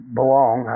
belong